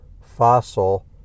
fossil